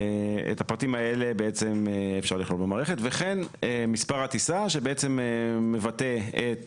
את הפרטים האלה אפשר לכלול במערכת וכן מספר הטיסה שמבטא את